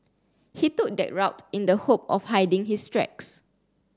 he took that route in the hope of hiding his tracks